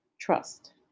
trust